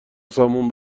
سامون